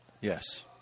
Yes